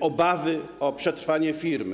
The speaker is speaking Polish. obawy o przetrwanie firmy.